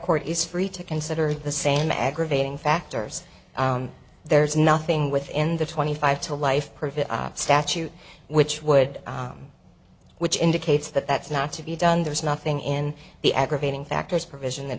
court is free to consider the same aggravating factors there's nothing within the twenty five to life perfect statute which would which indicates that that's not to be done there's nothing in the aggravating factors provision that